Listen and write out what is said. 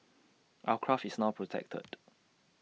our craft is now protected